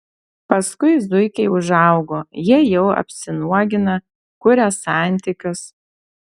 paskui zuikiai užaugo jie jau apsinuogina kuria santykius